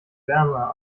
wärmer